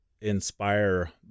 inspire